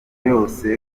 yose